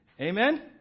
Amen